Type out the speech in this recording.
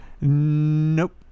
nope